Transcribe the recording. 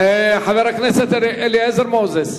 חבר הכנסת אליעזר מוזס?